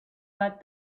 but